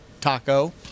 Taco